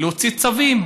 יש אפשרות להוציא צווים.